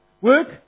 Work